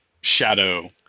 shadow